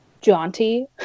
jaunty